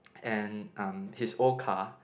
and um his old car